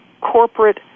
corporate